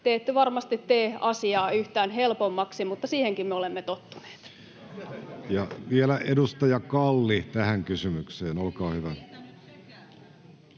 Te ette varmasti tee asiaa yhtään helpommaksi, mutta siihenkin me olemme tottuneet. Vielä edustaja Kalli tähän kysymykseen. Olkaa hyvä.